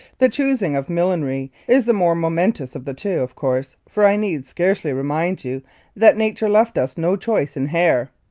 the choosing of millinery is the more momentous of the two, of course, for i need scarcely remind you that nature left us no choice in hair.